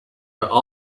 about